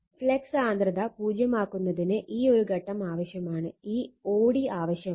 flux സാന്ദ്രത 0 ആക്കുന്നതിന് ഈ ഒരു ഘട്ടം ആവശ്യമാണ് ഈ o d ആവശ്യമാണ്